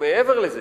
ומעבר לזה,